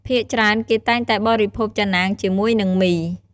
ភាគច្រើនគេតែងតែបរិភោគចាណាងជាមួយនឹងមី។